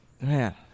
Man